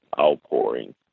outpouring